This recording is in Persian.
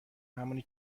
همونی